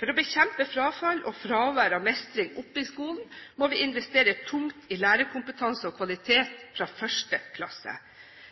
For å bekjempe frafall og fravær av mestring oppe i skolen må vi investere tungt i lærerkompetanse og kvalitet fra 1. klasse.